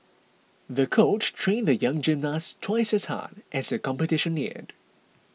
the coach trained the young gymnast twice as hard as the competition neared